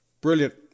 Brilliant